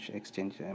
exchange